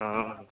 हँ